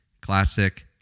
classic